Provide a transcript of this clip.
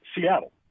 Seattle